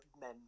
men